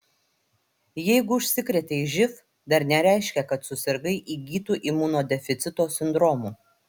jeigu užsikrėtei živ dar nereiškia kad susirgai įgytu imunodeficito sindromu